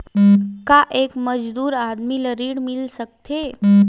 का एक मजदूर आदमी ल ऋण मिल सकथे?